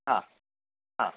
हा हा